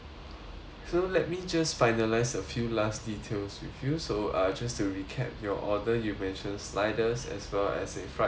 so let me just finalise a few last details with you so uh just to recap your order you mentioned sliders as well as a fried food serving